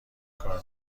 کار